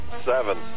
Seven